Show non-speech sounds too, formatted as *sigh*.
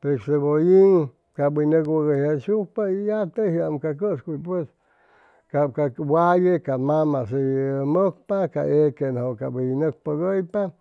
tec cebollin tep hʉy *hesitation* y ya cap tejiam pues cʉscuy pues cap ca waye ca mama hʉy mʉcpa cay equenjʉ cap hʉy nʉcpʉgʉypa